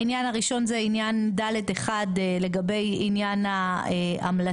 העניין הראשון זה עניין (ד)(1) לגבי עניין ההמלצה.